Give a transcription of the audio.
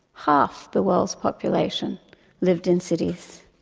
half the world's population lived in cities.